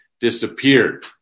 disappeared